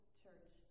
church